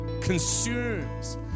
consumes